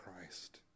Christ